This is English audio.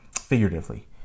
figuratively